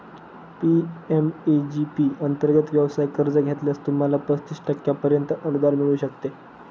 PMEG P अंतर्गत व्यवसाय कर्ज घेतल्यास, तुम्हाला पस्तीस टक्क्यांपर्यंत अनुदान मिळू शकते